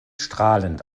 strahlend